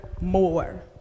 more